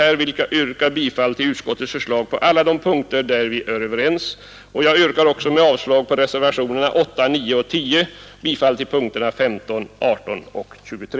Jag vill med dessa ord yrka bifall till utskottets förslag på alla de punkter där vi är överens, och med avslag på reservationerna 8, 9 och 10 yrkar jag bifall till punkterna 15, 18 och 23.